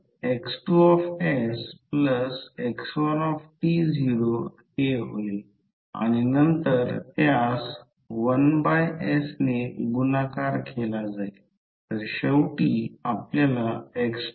तर R C 2 ही बाजू 1 अंतर का घेतले जाते ही बाजू देखील 1 अंतर आहे म्हणूनच ते 2 ने गुणाकार केले जाते हे 2 मिलीमीटर अंतर आहे येथे हे अंतर देखील 2 मिलीमीटर आहे